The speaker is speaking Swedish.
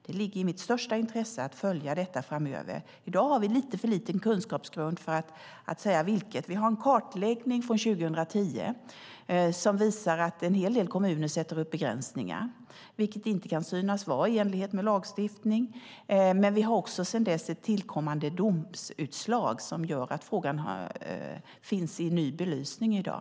Det är av största intresse för mig att följa det framöver. I dag har vi en lite för liten kunskapsgrund för att kunna säga vilket. Det finns en kartläggning från 2010 som visar att en hel del kommuner sätter upp begränsningar, vilket inte kan synas vara i enlighet med lagstiftningen. Sedan dess har det tillkommit ett domstolsutslag som gör att frågan finns i ny belysning i dag.